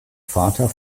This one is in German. vater